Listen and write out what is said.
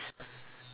~s